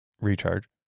recharge